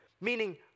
Meaning